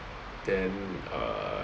then err